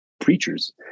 preachers